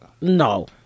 no